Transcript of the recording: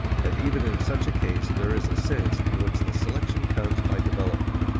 but even in such a case there is a sense in which the selection comes by development,